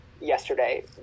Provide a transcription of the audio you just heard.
yesterday